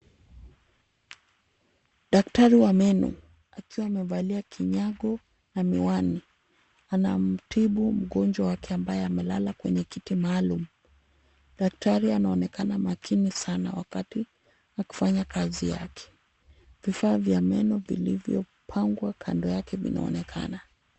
Daktari wa meno akiwa amevalia kinyago na miwani anamtibu mgonjwa wake ambaye amelala kwenye kiti maalum. Daktari anaonekana makini sana wakati wa kufanya kazi yake, vifaa vya meno vilivyopangwa kando yake vinaonekana.